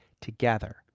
together